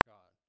God